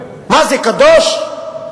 מה זה, קדוש?